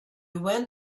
went